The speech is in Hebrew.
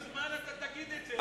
כמה זמן תגיד את זה?